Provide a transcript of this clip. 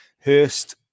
Hurst